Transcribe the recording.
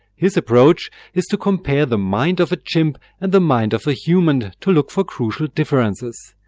his approach is to compare the mind of a chimp and the mind of a human to look for crucial differences.